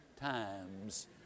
times